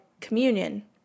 communion